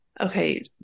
Okay